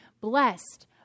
blessed